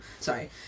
Sorry